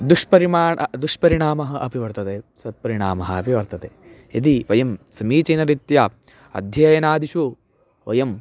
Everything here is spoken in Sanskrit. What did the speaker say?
दुष्परिमाणः दुष्परिणामः अपि वर्तते सत्परिणामः अपि वर्तते यदि वयं समीचीनरीत्या अध्ययनादिषु वयम्